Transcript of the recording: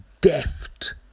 deft